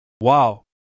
Wow